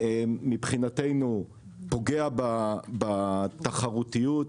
מבחינתנו פוגע בתחרותיות,